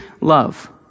love